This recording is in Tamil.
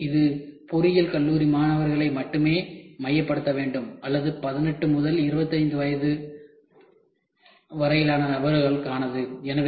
மேலும் இது பொறியியல் கல்லூரி மாணவர்களை மட்டுமே மையப்படுத்த வேண்டும் அல்லது 18 முதல் 25 வயது வரையிலான நபர்களுக்கானது